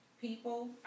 People